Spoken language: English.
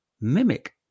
mimic